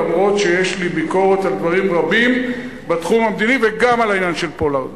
אף שיש לי ביקורת על דברים רבים בתחום המדיני וגם על העניין של פולארד,